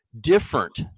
different